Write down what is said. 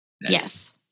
Yes